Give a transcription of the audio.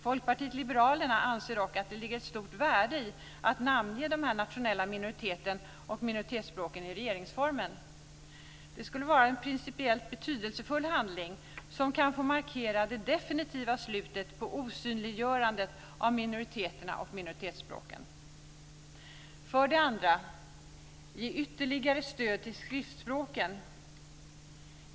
Folkpartiet liberalerna anser dock att det ligger ett stort värde i att namnge de nationella minoriteterna och minoritetsspråken i regeringsformen. Det skulle vara en principiellt betydelsefull handling som kan få markera det definitiva slutet på osynliggörandet av minoriteterna och minoritetsspråken. För det andra: Ge ytterligare stöd till skriftspråken.